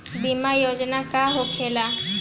बीमा योजना का होखे ला?